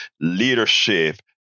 leadership